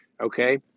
Okay